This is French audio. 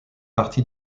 partie